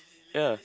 ya